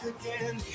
again